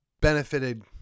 benefited